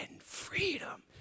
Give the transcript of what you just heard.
freedom